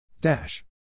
Dash